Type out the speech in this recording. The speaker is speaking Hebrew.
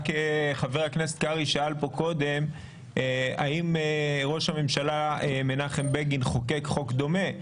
רק חבר הכנסת קרעי שאל פה קודם אם ראש הממשלה מנחם בגין חוקק חוק דומה.